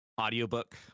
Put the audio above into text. audiobook